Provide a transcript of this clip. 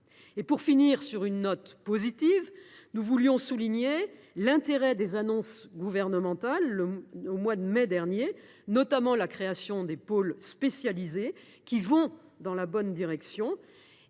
Pour finir sur une note positive, nous tenons à souligner les annonces gouvernementales du mois de mai dernier, notamment la création de pôles spécialisés, qui vont dans la bonne direction.